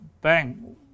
bang